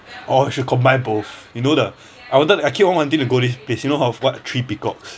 or should combine both you know the I wanted I keep on wanting to go this place you know heard of what three peacocks